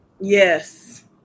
Yes